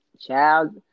Child